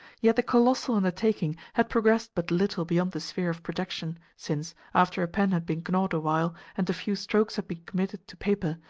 yet the colossal undertaking had progressed but little beyond the sphere of projection, since, after a pen had been gnawed awhile, and a few strokes had been committed to paper,